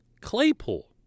Claypool